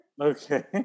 Okay